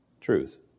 truth